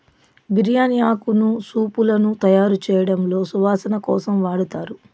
బిర్యాని ఆకును సూపులను తయారుచేయడంలో సువాసన కోసం వాడతారు